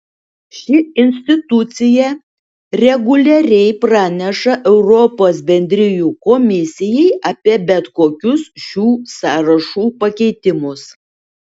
ši institucija reguliariai praneša europos bendrijų komisijai apie bet kokius šių sąrašų pakeitimus